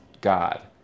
God